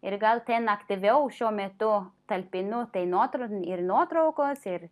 ir gal ten aktyviau šiuo metu talpinu tai nuotr ir nuotraukos ir